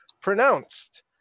pronounced